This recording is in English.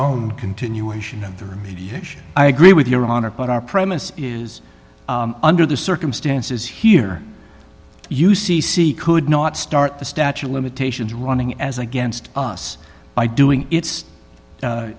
own continuation of the remediation i agree with your honor but our premise is under the circumstances here u c c could not start the statue of limitations running as against us by doing its